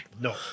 No